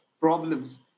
problems